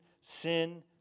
sin